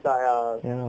ya lah